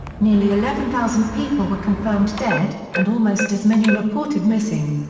nearly eleven thousand people were confirmed dead, and almost as many reported missing.